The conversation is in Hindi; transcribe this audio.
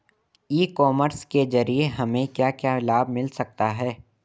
ई कॉमर्स के ज़रिए हमें क्या क्या लाभ मिल सकता है?